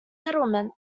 settlement